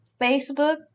Facebook